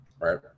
right